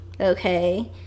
okay